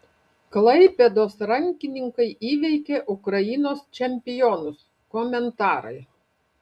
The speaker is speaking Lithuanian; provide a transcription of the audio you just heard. klaipėdos rankininkai įveikė ukrainos čempionus komentarai